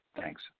Thanks